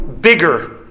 bigger